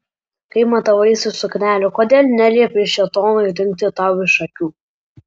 kai matavaisi suknelę kodėl neliepei šėtonui dingti tau iš akių